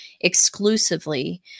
exclusively